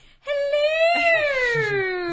hello